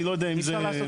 אני לא יודע אם זה בעייתי.